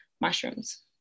mushrooms